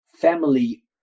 family